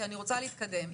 כי אני רוצה להתקדם.